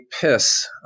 piss